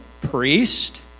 priest